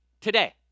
today